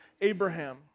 Abraham